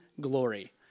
glory